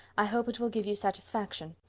i hope it will give you satisfaction.